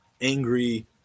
angry